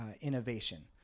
innovation